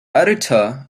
editor